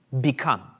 become